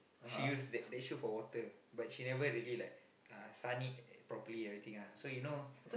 she use that that shoe for water but she never really like uh sun it properly everything ah so you know